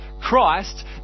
Christ